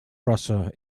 russia